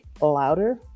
louder